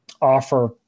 offer